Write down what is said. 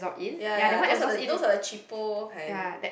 ya ya those are those are the cheapo kind